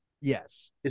Yes